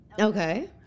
Okay